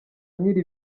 nyiri